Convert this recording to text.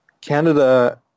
Canada